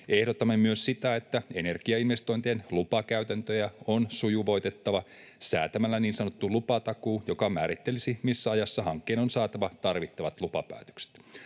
Ehdotamme myös, että energiainvestointien lupakäytäntöjä on sujuvoitettava säätämällä niin sanottu lupatakuu, joka määrittelisi, missä ajassa hankkeen on saatava tarvittavat lupapäätökset.